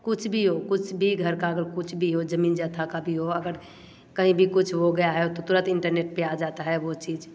कुछ भी हो कुछ भी घर का अगर कुछ भी हो ज़मीन जथा का भी हो अगर कहीं भी कुछ हो गया है तो तुरत इंटरनेट पर आ जाता है वह चीज़